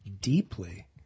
deeply